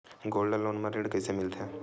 Gold loan म ऋण कइसे मिलथे?